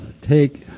take